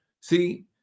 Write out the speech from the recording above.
See